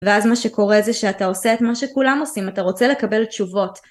ואז מה שקורה זה שאתה עושה את מה שכולם עושים, אתה רוצה לקבל תשובות.